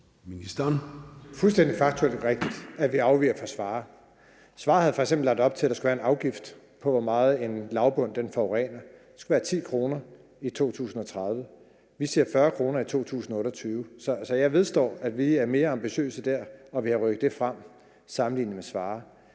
fuldstændig faktuelt rigtigt, at vi afviger fra Svarer. Svarer havde f.eks. lagt op til, at der skulle være en afgift på, hvor meget en lavbund forurener. Det skulle være 10 kr. i 2030. Vi siger 40 kr. i 2028, så jeg vedstår, at vi er mere ambitiøse der, og at vi har rykket det frem sammenlignet med Svarer.